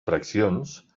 fraccions